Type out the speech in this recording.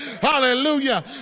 Hallelujah